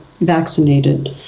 vaccinated